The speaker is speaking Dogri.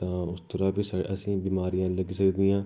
तां उस तरह बी असेंगी बमारियां लग्गी सकदियां